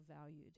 valued